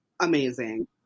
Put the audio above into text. amazing